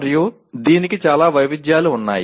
మరియు దీనికి చాలా వైవిధ్యాలు ఉన్నాయి